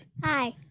Hi